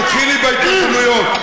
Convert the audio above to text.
תתחילו בהתנחלויות.